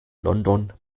london